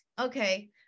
Okay